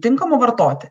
tinkamo vartoti